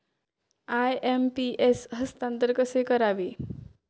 IMPS हस्तांतरण कसे करावे?